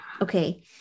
okay